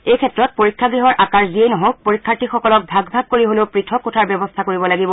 এইক্ষেত্ৰত পৰীক্ষাগৃহৰ আকাৰ যিয়েই নহওক পৰীক্ষাৰ্থীসকলক ভাগ ভাগ কৰি হলেও পৃথক কোঠাৰ ব্যৱস্থা কৰিব লাগিব